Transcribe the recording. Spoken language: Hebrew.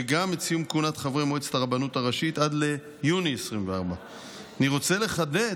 ואת סיום כהונת חברי מועצת הרבנות הראשית עד יוני 2024. אני רוצה לחדד